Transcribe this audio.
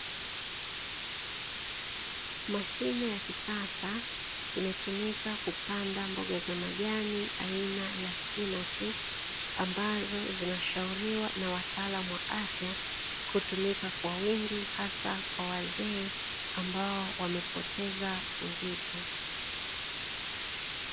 Mashine ya kisasa imetumika kupanda mboga za majani aina ya spinachi. Ambazo zinashauriwa na wataalamu wa afya, kutumika kwa wengi hasa kwa wazee ambao wamepoteza uzito.